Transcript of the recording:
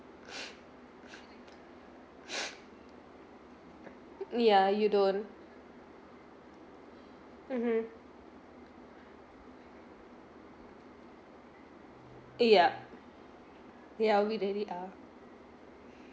ya you don't mmhmm ah yup ya we really are